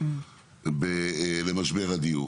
במשבר הדיור.